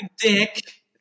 Dick